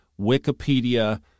Wikipedia